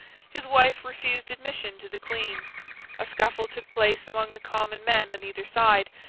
his wife refused admission to the queen a scuffle took place among the common men on either side,